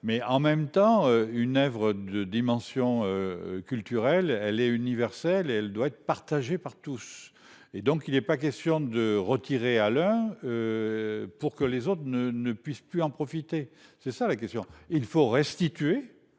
mais en même temps une oeuvre de dimension culturelle, elle est universelle et elle doit être partagée par tous et donc il est pas question de retirer Alain. Pour que les autres ne ne puisse plus en profiter. C'est ça la question. Il faut restituer.